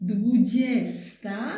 Dwudziesta